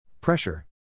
Pressure